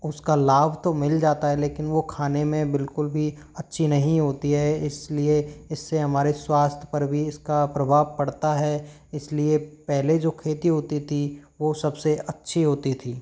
उसका लाभ तो मिल जाता है लेकिन वो खाने में बिल्कुल भी अच्छी नहीं होती है इसलिए इससे हमारे स्वास्थ्य पर भी इसका प्रभाव पड़ता है इसलिए पहले जो खेती होती थी वो सबसे अच्छी होती थी